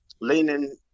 leaning